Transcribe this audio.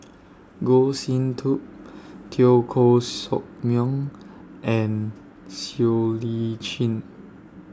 Goh Sin Tub Teo Koh Sock Miang and Siow Lee Chin